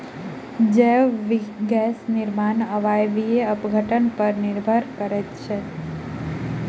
जैव गैस निर्माण अवायवीय अपघटन पर निर्भर करैत अछि